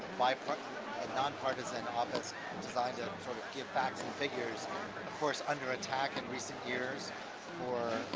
like but nonpartisan office designed to sort of give facts and figures of course under attack in recent years for